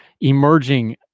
Emerging